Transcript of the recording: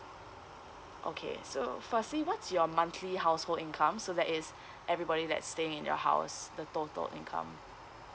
okay so firstly what's your monthly household income so that is everybody that's staying in your house the total income